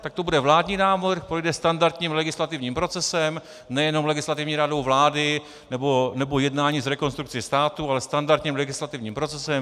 Tak to bude vládní návrh, projde standardním legislativním procesem, nejenom Legislativní radou vlády nebo jednáním s Rekonstrukcí státu, ale standardním legislativním procesem.